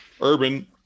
Urban